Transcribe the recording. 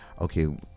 Okay